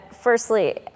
Firstly